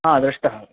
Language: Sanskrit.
हा दृष्टः